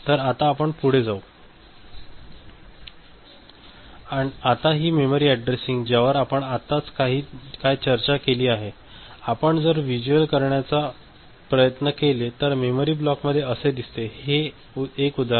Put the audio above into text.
तर आता आपण पुढे जाऊ आताही मेमरी ऍडरेसिंग ज्यावर आपण आत्ताच काय चर्चा केली आहे आपण जर व्हिज्युअल करण्याचा प्रयत्न केले तर मेमरी ब्लॉकमध्ये असे दिसते हे हे एक उदाहरण आहे